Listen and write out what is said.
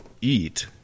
eat